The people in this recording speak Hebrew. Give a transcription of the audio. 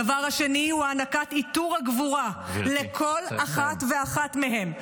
הדבר השני הוא הענקת עיטור הגבורה לכל אחת ואחת מהן,